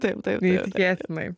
taip taip taip neįtikėtinai